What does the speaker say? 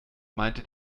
meinte